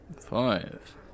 Five